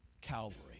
Calvary